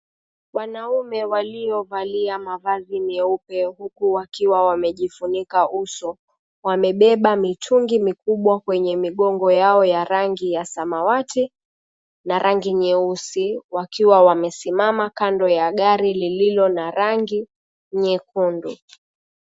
Wanaume waliovalia mavazi meupe huku wakiwa wamejifunika uso, wamebeba mitungi mikubwa kwenye migongo yao ya rangi ya samawati na rangi nyeusi, wakiwa wamesimama kando ya gari lililo na rangi nyekundu.